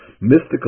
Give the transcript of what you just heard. mystical